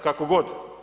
Kako god.